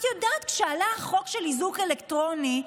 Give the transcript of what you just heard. את יודעת שכשעלה חוק האיזוק האלקטרוני,